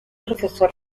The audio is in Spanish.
profesor